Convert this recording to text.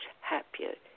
happier